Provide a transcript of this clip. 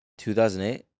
2008